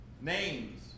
names